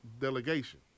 delegation